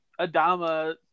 Adama